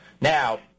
Now